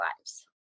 lives